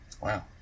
Wow